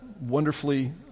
wonderfully